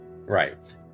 right